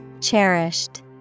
Cherished